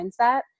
mindset